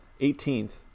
18th